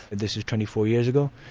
this is twenty four years ago.